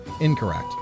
Incorrect